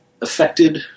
affected